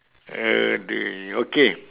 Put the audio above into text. !aduh! okay